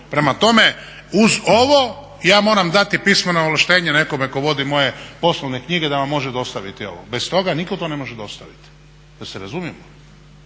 Prema tome, uz ovo ja moram dati pismeno ovlaštenje nekome ko vodi moje poslovne knjige da vam može dostaviti ovo. Bez toga niko to ne može dostaviti da se razumijemo.